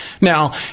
Now